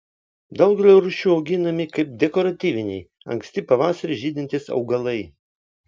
daugelio rūšių auginami kaip dekoratyviniai anksti pavasarį žydintys augalai